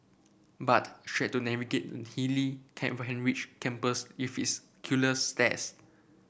but she had to navigate hilly Kent Ridge campus with its killer stairs